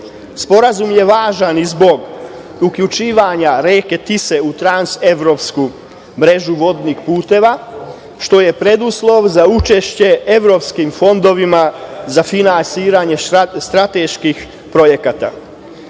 Sporazume je važan i zbog uključivanja reke Tise u transevropsku mrežu vodnih puteva, što je preduslov za učešće evropskim fondovima za finansiranje strateških projekata. Sporazum